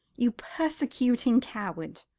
you persecuting coward!